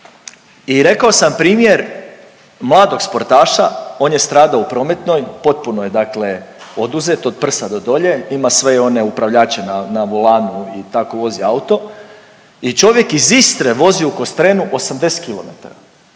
I rekao sam primjer mladog sportaša on je stradao u prometnoj, potpuno je dakle oduzet od prsa do dolje, ima sve one upravljače na volanu i tako vozi auto. I čovjek iz Istre vozi u Kostrenu 80 km, dva,